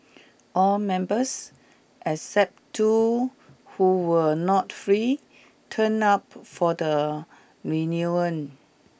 all members except two who were not free turned up for the reunion